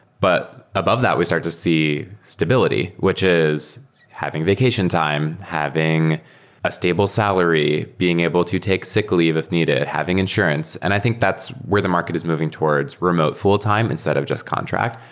but above that we start to see stability, which is having vacation time, having a stable salary, salary, being able to take sick leave if needed, having insurance, and i think that's where the market is moving towards remote full-time instead of just contract,